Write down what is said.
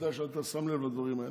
אני יודע שאתה שם לב לדברים האלה.